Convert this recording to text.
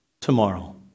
tomorrow